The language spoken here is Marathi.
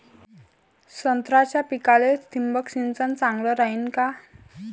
संत्र्याच्या पिकाले थिंबक सिंचन चांगलं रायीन का?